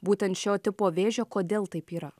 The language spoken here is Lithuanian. būtent šio tipo vėžio kodėl taip yra